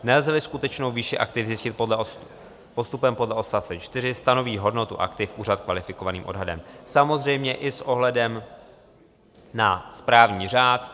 Nelzeli skutečnou výši aktiv zjistit postupem podle odst. 4, stanoví hodnotu aktiv úřad kvalifikovaným odhadem, samozřejmě i s ohledem na správní řád.